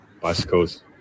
Bicycles